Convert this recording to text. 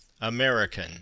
American